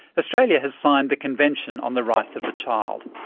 australia has signed the convention on the rights of the child.